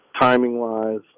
timing-wise